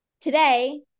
today